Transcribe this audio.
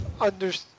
understand